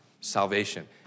salvation